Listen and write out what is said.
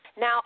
Now